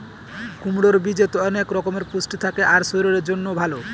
কুমড়োর বীজে অনেক রকমের পুষ্টি থাকে আর শরীরের জন্যও ভালো